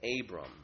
abram